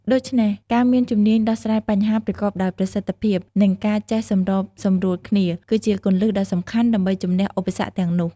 ដូច្នេះ ការមានជំនាញដោះស្រាយបញ្ហាប្រកបដោយប្រសិទ្ធភាព និងការចេះសម្របសម្រួលគ្នា គឺជាគន្លឹះដ៏សំខាន់ដើម្បីជម្នះឧបសគ្គទាំងនោះ។